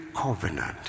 covenant